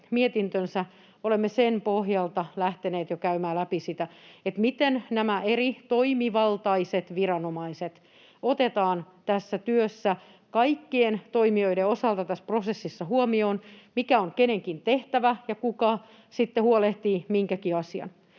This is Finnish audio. mietintönsä, olemme sen pohjalta lähteneet jo käymään läpi sitä, miten nämä eri toimivaltaiset viranomaiset otetaan tässä työssä kaikkien toimijoiden osalta tässä prosessissa huomioon, mikä on kenenkin tehtävä ja kuka sitten huolehtii minkäkin asian.